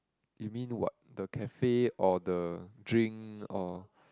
you mean what the cafe or the drink or